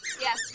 Yes